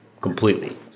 completely